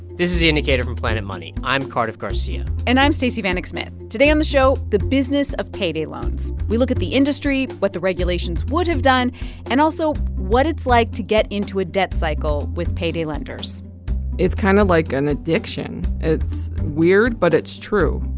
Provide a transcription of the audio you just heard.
this is the indicator from planet money. i'm cardiff garcia and i'm stacey vanek smith. today on the show, the business of payday loans. we look at the industry, what the regulations would have done and also what it's like to get into a debt cycle with payday lenders it's kind of like an addiction. it's weird, but it's true